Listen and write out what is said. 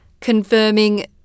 confirming